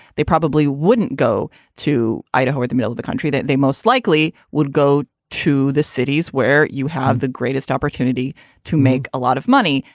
they probably wouldn't go to idaho or the middle of the country that they most likely would go to the cities where you have the greatest opportunity to make a lot of money.